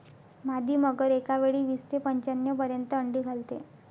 मादी मगर एकावेळी वीस ते पंच्याण्णव पर्यंत अंडी घालते